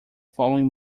following